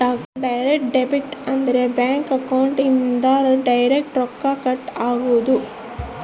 direct debit ಅಂದ್ರ bank account ಇಂದ direct ರೊಕ್ಕ ಕಟ್ ಆಗೋದು